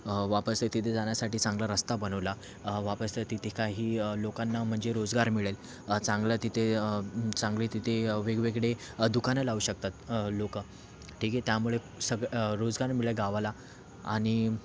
वापस तिथे जाण्यासाठी चांगला रस्ता बनवला वापस तिथे काही लोकांना म्हणजे रोजगार मिळेल चांगल्या तिथे चांगली तिथे वेगवेगळे दुकानं लावू शकतात लोकं ठीक आहे त्यामुळे सग रोजगार मिळेल गावाला आणि